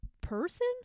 person